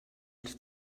els